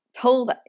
told